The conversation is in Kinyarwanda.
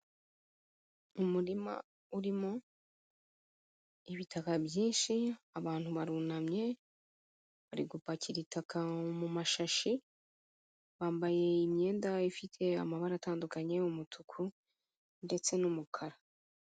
Umurima urimo ibitaka byinshi abantu barunamye bari gupakira itaka mu mashashi, bambaye imyenda ifite amabara atandukanye, umutuku ndetse n'umukara.